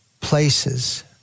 places